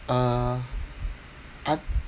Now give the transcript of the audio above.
uh I